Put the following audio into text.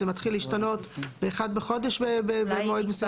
זה מתחיל להשתנות ב-1 בחודש במועד מסוים?